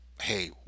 hey